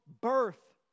birth